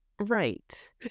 Right